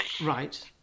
Right